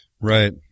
Right